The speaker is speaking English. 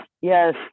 yes